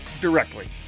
directly